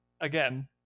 again